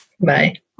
Bye